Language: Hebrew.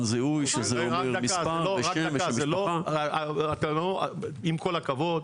זיהוי שזה אומר מספר ושם ו --- עם כל הכבוד,